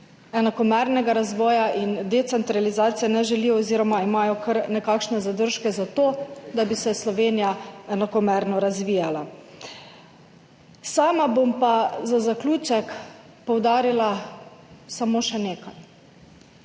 enakomernega razvoja in decentralizacije ne želijo oziroma imajo kar nekakšne zadržke glede tega, da bi se Slovenija enakomerno razvijala. Sama bom pa za zaključek poudarila samo še nekaj.